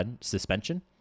suspension